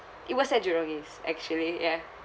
it was at jurong east actually ya